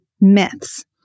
myths